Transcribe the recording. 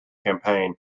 campaign